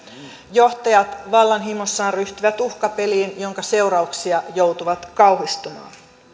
johtajat vallanhimossaan ryhtyvät uhkapeliin jonka seurauksia joutuvat kauhistumaan